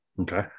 Okay